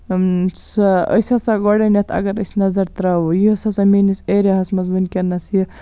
سُہ أسۍ ہسا گۄڈٕنیٚتھ اگر أسۍ نظر ترٛاوو یۄس ہسا میٲنِس ایریا ہَس منٛز وٕنکیٚنَس یہِ